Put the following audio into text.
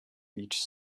each